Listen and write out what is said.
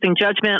judgment